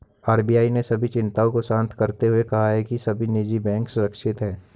RBI ने सभी चिंताओं को शांत करते हुए कहा है कि सभी निजी बैंक सुरक्षित हैं